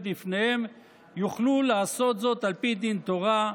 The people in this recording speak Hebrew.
לפניהם יוכלו לעשות זאת על פי דין תורה,